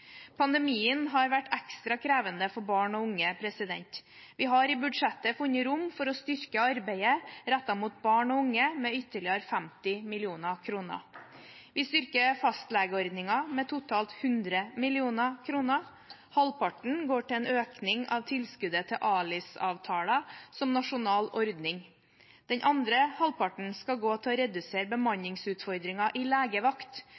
Pandemien har vært ekstra krevende for barn og unge. Vi har i budsjettet funnet rom for å styrke arbeidet rettet mot barn og unge med ytterligere 50 mill. kr. Vi styrker fastlegeordningen med totalt 100 mill. kr. Halvparten går til en økning av tilskuddet til ALIS-avtaler som nasjonal ordning. Den andre halvparten skal gå til å redusere bemanningsutfordringer i legevakt.